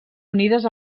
unides